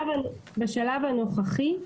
בשלב הנוכחי,